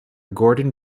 gordon